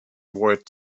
word